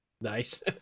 Nice